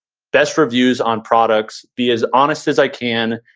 best reviews on products, be as honest as i can,